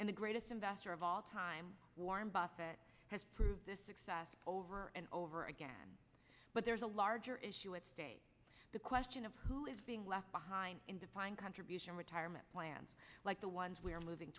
and the greatest investor of all time warren buffett has proved this success over and over again but there's a larger issue at stake the question of who is being left behind in defined contribution retirement plans like the ones we're moving